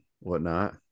whatnot